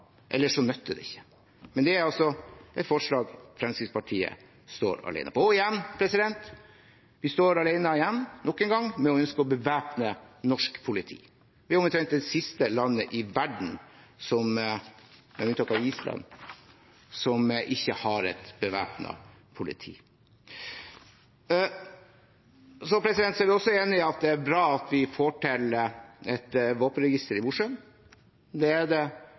det ikke. Men det er altså et forslag Fremskrittspartiet står alene om. Og igjen: Vi står nok en gang alene om å ønske å bevæpne norsk politi. Vi er omtrent det siste landet i verden, med unntak av Island, som ikke har et bevæpnet politi. Vi er også enig i at det er bra at vi får til et våpenregister i Mosjøen. Det er det